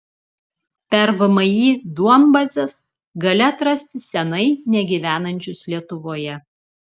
per vmi duombazes gali atrasti senai negyvenančius lietuvoje